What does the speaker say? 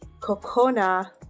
Kokona